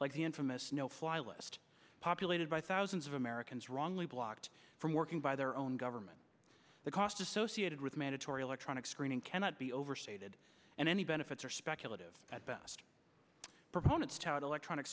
like the infamous no fly list populated by thousands of americans wrongly blocked from working by their own government the cost associated with mandatory electronic screening cannot be overstated and any benefits are speculative at best proponents